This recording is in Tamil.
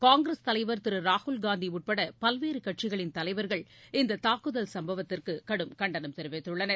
காங்கிரஸ் தலைவர் திரு ராகுல்காந்தி உட்பட பல்வேறு கட்சிகளின் தலைவர்கள் இந்த தாக்குதல் சம்பவத்திற்கு கடும் கண்டனம் தெரிவித்துள்ளனர்